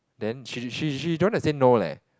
the she she she don't want to say no leh